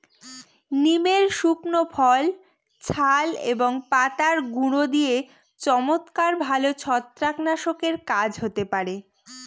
নিমের শুকনো ফল, ছাল এবং পাতার গুঁড়ো দিয়ে চমৎকার ভালো ছত্রাকনাশকের কাজ হতে পারে